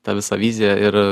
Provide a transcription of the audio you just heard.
ta visa vizija ir